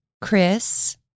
Chris